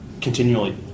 Continually